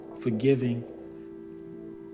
forgiving